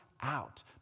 out